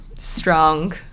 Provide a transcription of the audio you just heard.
strong